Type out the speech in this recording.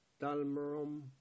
dalmarum